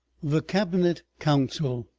the cabinet council